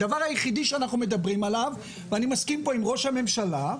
הדבר הזה שאנחנו מדברים עליו ואני מסכים פה עם ראש הממשלה,